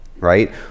right